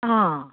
अँ